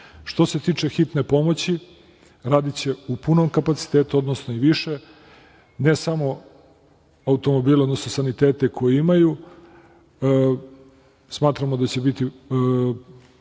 se tiče Hitne pomoć, radiće u punom kapacitetu, odnosno i više, ne samo automobile, odnosno sanitete koje imaju, smatramo da će biti